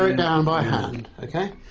ah down by hand, ok?